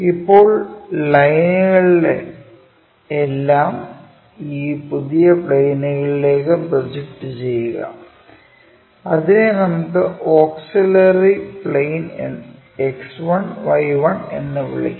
ഇപ്പോൾ ലൈനുകൾ എല്ലാം ഈ പുതിയ പ്ളേനിലേക്കു പ്രൊജക്റ്റ് ചെയുക അതിനെ നമുക്ക് ഓക്സിലറി പ്ലെയിൻ X1 Y1 എന്ന് വിളിക്കാം